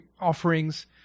offerings